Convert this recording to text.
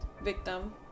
victim